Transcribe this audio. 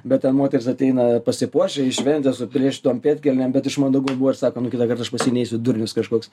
bet ten moterys ateina pasipuošę į šventę suplėšytom pėdkelnėm bet iš mandagumo buvo ir sako nu kitąkart aš pas jį neisiu durnius kažkoks